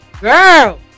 Girl